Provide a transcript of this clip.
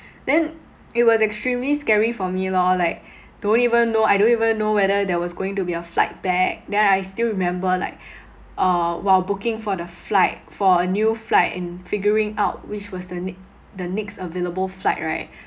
then it was extremely scary for me lor like don't even know I don't even know whether there was going to be a flight back then I still remember like uh while booking for the flight for a new flight and figuring out which was the ne~ the next available flight right